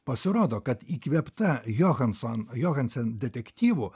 pasirodo kad įkvėpta johanson johansen detektyvų